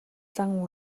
зан